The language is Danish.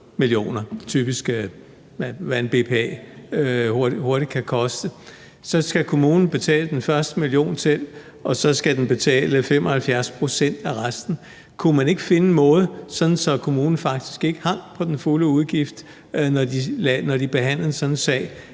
millioner, det er typisk, hvad en BPA hurtigt kan koste, så skal kommunen betale den første million selv, og så skal den betale 75 pct. af resten. Kunne man ikke finde en måde, sådan at kommunen faktisk ikke hang på den fulde udgift, når de behandlede sådan en sag,